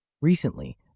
Recently